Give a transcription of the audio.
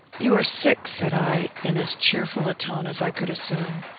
you are sick, said i, in as cheerful a tone as i could assume.